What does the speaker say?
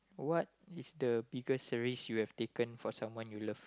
what is the biggest risk you have taken for someone you love